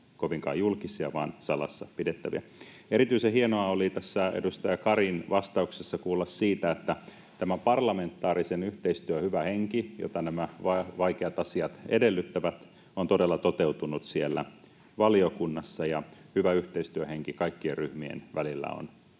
kovinkaan julkisia vaan salassa pidettäviä. Erityisen hienoa oli edustaja Karin vastauksessa kuulla siitä, että parlamentaarisen yhteistyön hyvä henki, jota nämä vaikeat asiat edellyttävät, on todella toteutunut siellä valiokunnassa ja hyvä yhteistyöhenki on vallinnut kaikkien ryhmien välillä.